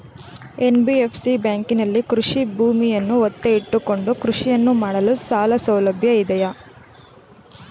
NBFC ಬ್ಯಾಂಕಿನಲ್ಲಿ ಕೃಷಿ ಭೂಮಿಯನ್ನು ಒತ್ತೆ ಇಟ್ಟುಕೊಂಡು ಕೃಷಿಯನ್ನು ಮಾಡಲು ಸಾಲಸೌಲಭ್ಯ ಇದೆಯಾ?